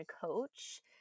coach